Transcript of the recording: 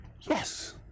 Yes